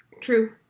True